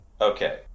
Okay